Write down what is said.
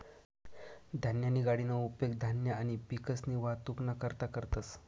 धान्यनी गाडीना उपेग धान्य आणि पिकसनी वाहतुकना करता करतंस